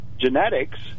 genetics